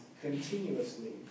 continuously